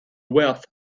wealth